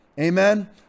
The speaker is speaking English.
Amen